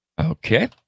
Okay